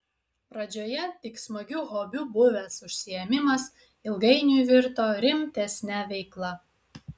pradžioje tik smagiu hobiu buvęs užsiėmimas ilgainiui virto rimtesne veikla